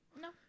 No